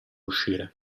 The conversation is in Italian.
uscire